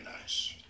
nice